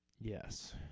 Yes